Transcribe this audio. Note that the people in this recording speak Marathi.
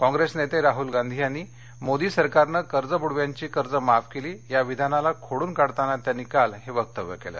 कॉप्रेस नेते राहुल गांधी यांनी मोदी सरकारन कर्ज बुडव्याची कर्ज माफ केली या विधानाला खोडून काढताना त्यांनी काल हे वक्तव्य केलं